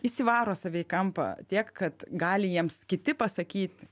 įsivaro save į kampą tiek kad gali jiems kiti pasakyt